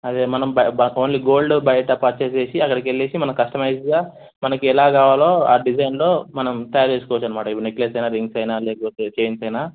అదే మనం only gold బయట పర్చేజ్ చేసి అక్కడికెళ్ళేసి మనం కస్టమైజ్డ్గా మనకి ఎలా కావాలో ఆ డిజైన్లో మనం తయారు చేసుకోవచ్చనమాట ఇప్పుడు నెక్లెస్ అయినా రింగ్స్ అయినా లేకపోతే చెయిన్స్ అయినా